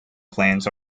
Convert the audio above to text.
plans